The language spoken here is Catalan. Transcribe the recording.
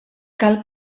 cal